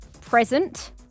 Present